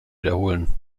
wiederholen